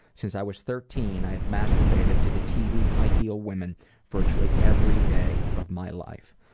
since i was thirteen, i have masturbated to the tv high heeled women virtually every day of my life.